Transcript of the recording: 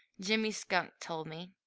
jimmy skunk told me.